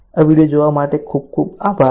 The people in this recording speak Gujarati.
આ વિડીયો જોવા માટે ખુબ ખુબ આભાર